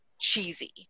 cheesy